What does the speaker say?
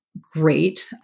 great